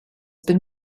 been